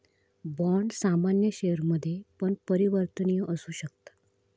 bond सामान्य शेयरमध्ये पण परिवर्तनीय असु शकता